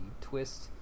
twist